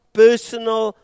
personal